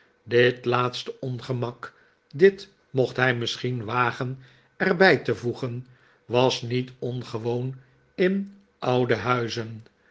dit laatste ongemak dit mocht hij misschien wagen er bij te voegen was niet ongewoon in oude huizen